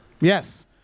yes